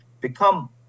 become